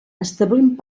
establint